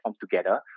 together